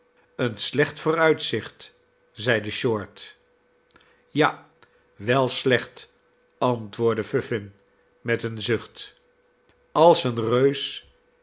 een slecht vooruitzicht i zeide short ja wel slecht antwoordde vuffin met een zucht als een reus